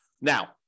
Now